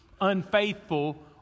unfaithful